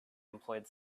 employed